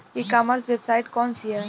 ई commerce website कौन सी है?